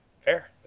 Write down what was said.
Fair